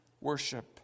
worship